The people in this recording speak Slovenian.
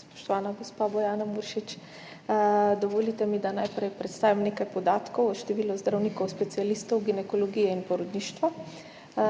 spoštovana gospa Bojana Muršič. Dovolite mi, da najprej predstavim nekaj podatkov o številu zdravnikov specialistov ginekologije in porodništva. Po